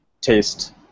taste